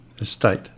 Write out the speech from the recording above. estate